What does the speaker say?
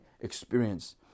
experience